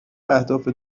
اهداف